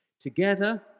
Together